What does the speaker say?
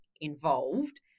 involved